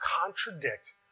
contradict